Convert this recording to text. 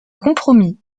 compromis